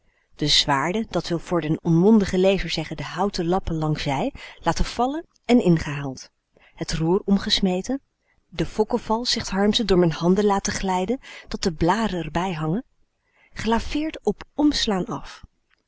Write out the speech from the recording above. de zwaarden dat wil voor den onmondigen lezer zeggen de houten lappen langszij laten vallen en ingehaald het roer omgesmeten de fokkeval zegt harmsen door m'n handen laten glijden dat de blaren r bij hangen gelaveerd op omslaan af